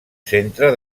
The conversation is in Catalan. centre